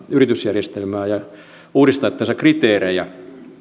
yritysjärjestelmää ja uudistettaessa kriteerejä